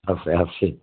আছে আছে